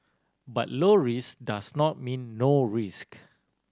but low risk does not mean no risk